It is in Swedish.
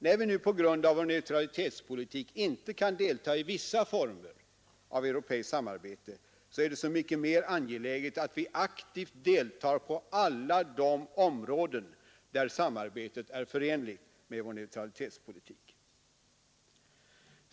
När vi nu på grund av vår neutralitetspolitik inte kan delta i vissa former av europeiskt samarbete är det så mycket mer angeläget att vi aktivt deltar på alla de områden där samarbetet är förenligt med vår utrikespolitik.